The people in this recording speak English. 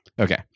Okay